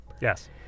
Yes